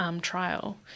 trial